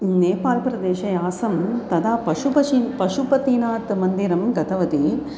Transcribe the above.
नेपालप्रदेशे आसम् तदा पशुपतिः पशुपतिनाथमन्दिरं गतवती